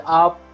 up